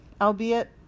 albeit